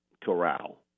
Corral